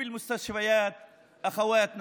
אנחנו רואים בבתי חולים אחיות שלנו,